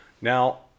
Now